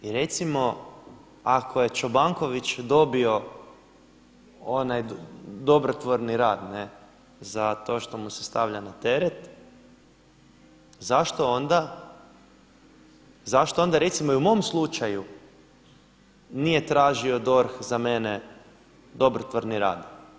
I recimo ako je Čobanković dobio onaj dobrotvorni rad za to što mu se stavlja na teret zašto onda recimo i u mom slučaju nije tražio DORH za mene dobrotvorni rad.